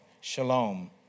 Shalom